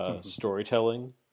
Storytelling